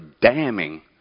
damning